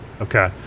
Okay